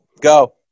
Go